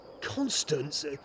Constance